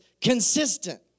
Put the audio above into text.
consistent